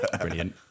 brilliant